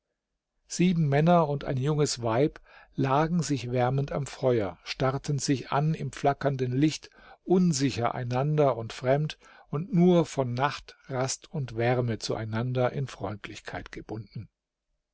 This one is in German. sieben junge männer und ein junges weib lagen sich wärmend am feuer starrten sich an im flackernden licht unsicher einander und fremd und nur von nacht rast und wärme zueinander in freundlichkeit gebunden